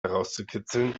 herauszukitzeln